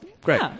Great